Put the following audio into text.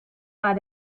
war